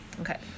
Okay